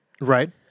Right